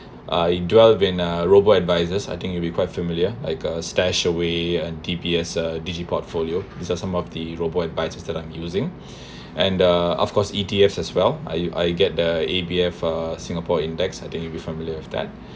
uh in dwell been a robo advisors I think you’ll be quite familiar like a stash away and D_B_S uh digit portfolio is the some of the robot and buy assistant I’m using and uh of course E_T_F as well I I get the A_B_F uh singapore index I think you'll be familiar with that